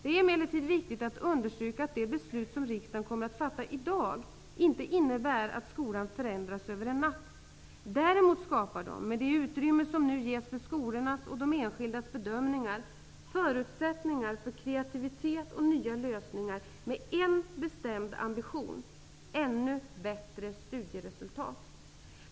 Det är emellertid viktigt att understryka att det beslut som riksdagen kommer att fatta i dag inte innebär att skolan förändras över en natt. Däremot skapar det, med det utrymme som nu ges för skolornas och de enskildas bedömningar, förutsättningar för kreativitet och nya lösningar med en bestämd ambition: ännu bättre studieresultat.